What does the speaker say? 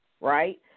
right